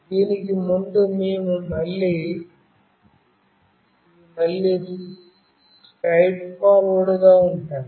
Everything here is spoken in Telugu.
దీనికి ముందు ఇవి మళ్ళీ స్ట్రైట్ఫార్వర్డు గా ఉంటాయి